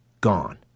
gone